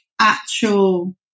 actual